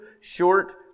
short